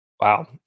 Wow